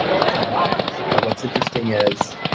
the two wives, but what's interesting is